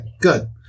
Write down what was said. good